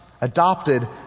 adopted